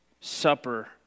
Supper